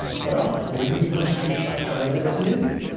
well, maybe he must treat ah china as an enemy.